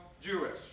Jewish